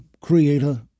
creator